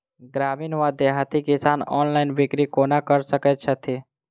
ग्रामीण वा देहाती किसान ऑनलाइन बिक्री कोना कऽ सकै छैथि?